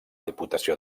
diputació